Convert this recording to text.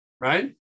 Right